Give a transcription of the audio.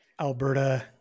Alberta